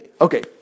Okay